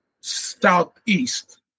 southeast